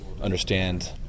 understand